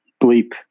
bleep